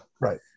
Right